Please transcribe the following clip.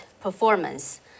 Performance